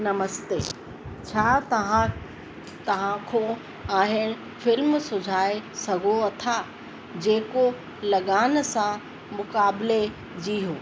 नमस्ते छा तव्हां तव्हां को आहे फिल्म सुझाए सघो अथा जेको लगान सां मुक़ाबिले जी हो